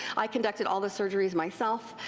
i conducted all the surgeries myself.